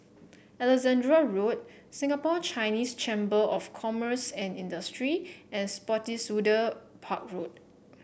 Alexandra Road Singapore Chinese Chamber of Commerce and Industry and Spottiswoode Park Road